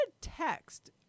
text